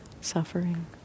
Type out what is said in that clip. suffering